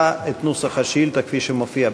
את נוסח השאילתה כפי שמופיע בפניו.